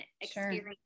experience